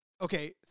okay